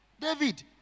David